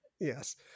yes